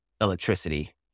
electricity